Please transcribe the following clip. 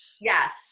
Yes